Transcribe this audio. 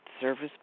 service